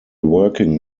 working